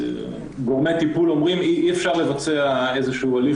גורמי הטיפול אומרים שאי אפשר לבצע הליך